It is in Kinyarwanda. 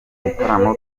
bitaramo